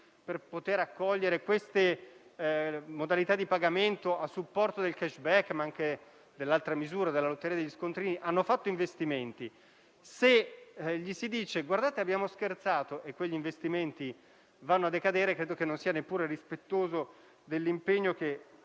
per poter accogliere queste modalità di pagamento a supporto del *cashback* e dell'altra misura, quella della lotteria degli scontrini, hanno fatto investimenti e, se si dice loro che abbiamo scherzato e che quegli investimenti vanno a decadere, credo che non sia neppure rispettoso dell'impegno che